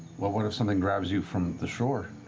what what if something grabs you from the shore?